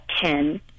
ten